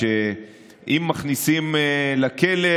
אם מכניסים לכלא,